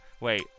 Wait